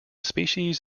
species